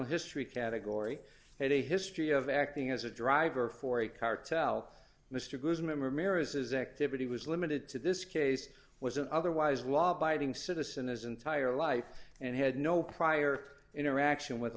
history category had a history of acting as a driver for a cartel mr good's a member maris's activity was limited to this case was an otherwise law abiding citizen his entire life and had no prior interaction with